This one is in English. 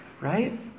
Right